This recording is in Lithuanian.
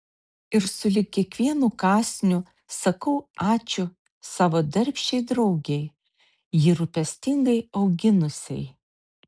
ir sulig kiekvienu kąsniu sakau ačiū savo darbščiai draugei jį rūpestingai auginusiai